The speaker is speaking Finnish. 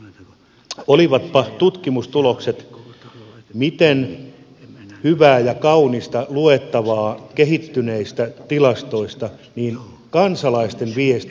olivatpa tutkimustulokset miten hyvää ja kaunista luettavaa kehittyneistä tilastoista tahansa niin kansalaisten viesti on